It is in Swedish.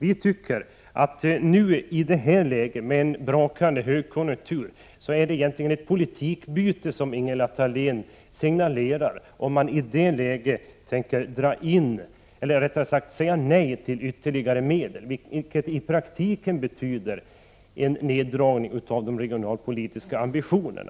I den nuvarande ”brakande” högkonjunkturen signalerar Ingela Thalén egentligen ett byte av politik, om regeringen avser att säga nej till ytterligare medel för regionalpolitiska satsningar. I praktiken betyder detta en neddragning av de regionalpolitiska ambitionerna.